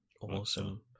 Awesome